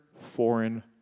foreign